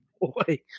boy